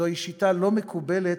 זוהי שיטה לא מקובלת,